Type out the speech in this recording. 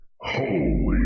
Holy